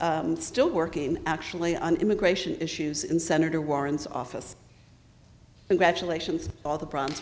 still working actually on immigration issues in senator warren's office congratulations all the pro